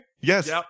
Yes